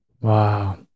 Wow